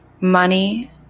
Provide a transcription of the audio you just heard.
Money